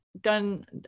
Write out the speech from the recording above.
done